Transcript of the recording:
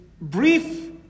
brief